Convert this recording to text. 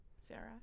Sarah